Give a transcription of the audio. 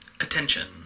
Attention